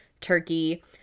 turkey